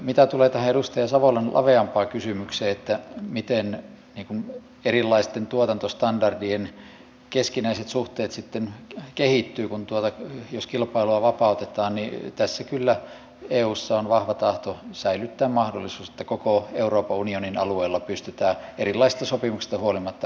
mitä tulee edustaja savolan laveampaan kysymykseen miten erilaisten tuotantostandardien keskinäiset suhteet sitten kehittyvät jos kilpailua vapautetaan niin eussa on kyllä vahva tahto säilyttää mahdollisuus että koko euroopan unionin alueella pystytään erilaisista sopimuksista huolimatta ruuantuotanto turvaamaan